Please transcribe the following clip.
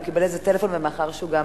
הוא קיבל איזה טלפון, ומאחר שהוא גם